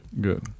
Good